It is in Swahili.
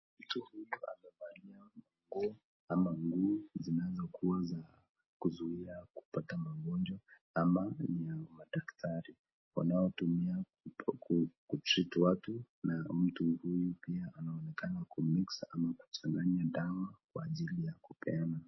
Mtu huyu amevalia nguo ama nguo zinazokuwa za kuzuia kupata magonjwa ama ni ya madaktari wanaotumia ku treat watu na mtu huyu pia anaonekana ku mix ama kuchanganya dawa kwa ajili ya kupeana.